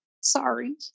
sorry